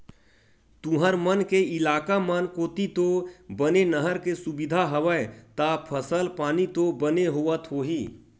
तुंहर मन के इलाका मन कोती तो बने नहर के सुबिधा हवय ता फसल पानी तो बने होवत होही?